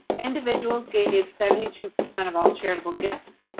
individuals gave seventy two percent of all charitable gifts.